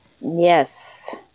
Yes